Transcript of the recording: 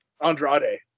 Andrade